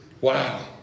Wow